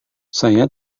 saya